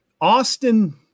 Austin